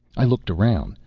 i looked around,